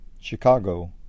Chicago